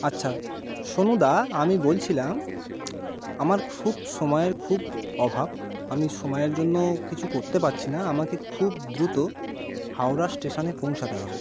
আচ্ছা সনুদা আমি বলছিলাম আমার খুব সময়ের খুব অভাব আমি সময়ের জন্য কিছু করতে পারছি না আমাকে খুব দ্রুত হাওড়া স্টেশানে পৌঁছাতে হবে